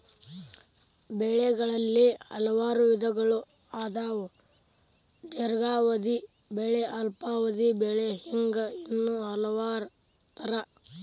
ಬೆಳೆಗಳಲ್ಲಿ ಹಲವಾರು ವಿಧಗಳು ಅದಾವ ದೇರ್ಘಾವಧಿ ಬೆಳೆ ಅಲ್ಪಾವಧಿ ಬೆಳೆ ಹಿಂಗ ಇನ್ನೂ ಹಲವಾರ ತರಾ